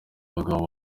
bagabo